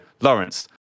Lawrence